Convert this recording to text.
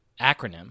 acronym